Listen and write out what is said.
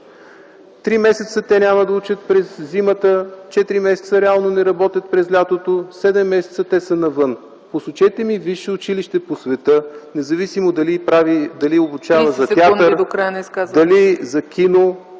Три месеца няма да учат през зимата, четири месеца реално не работят през лятото – седем месеца те са навън. Посочете ми висше училище по света, независимо дали обучава за театър, ...